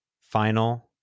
final